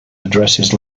addresses